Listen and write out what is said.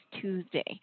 Tuesday